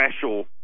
special